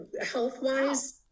health-wise